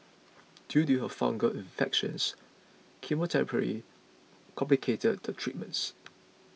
due to her fungal infections chemotherapy complicates the treatments